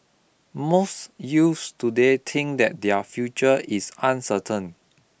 most youth today think that their future is uncertain